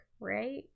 right